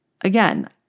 Again